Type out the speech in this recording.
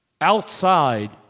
outside